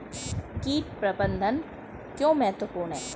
कीट प्रबंधन क्यों महत्वपूर्ण है?